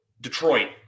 Detroit